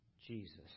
Jesus